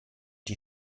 die